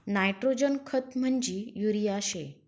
nitrogen खत म्हंजी urea शे